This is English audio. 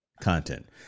content